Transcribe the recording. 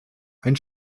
ein